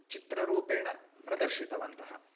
चित्ररूपेण प्रदर्शितवन्तः